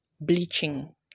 bleaching